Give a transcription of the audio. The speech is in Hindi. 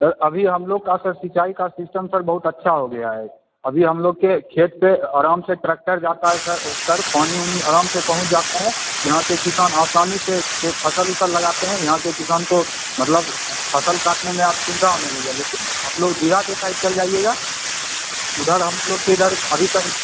सर अभी हम लोग का सर सिंचाई का सिस्टम सर बहुत अच्छा हो गया है अभी हम लोग के खेत पर आ आराम से ट्रैक्टर जाता है सर सर पानी उनी आराम से पहुँच जाता है यहाँ के किसान आसानी से खेत फसल उसल लगाते हैं यहाँ के किसान को मतलब फसल काटने में अब सुविधा होने लगी है लेकिन आप लोग दियरा के साइड चले जाइएगा उधर हम लोग के इधर अभी तक